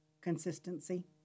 consistency